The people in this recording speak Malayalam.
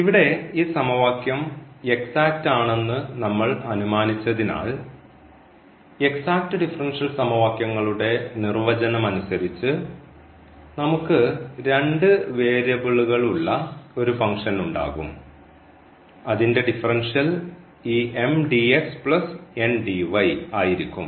ഇവിടെ ഈ സമവാക്യം എക്സാക്റ്റ് ആണെന്ന് നമ്മൾ അനുമാനിച്ചതിനാൽ എക്സാക്റ്റ് ഡിഫറൻഷ്യൽ സമവാക്യങ്ങളുടെ നിർവചനം അനുസരിച്ച് നമുക്ക് രണ്ട് വേരിയബിളുകൾ ഉള്ള ഒരു ഫംഗ്ഷൻ ഉണ്ടാകും അതിൻറെ ഡിഫറൻഷ്യൽ ഈ ആയിരിക്കും